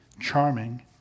charming